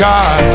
God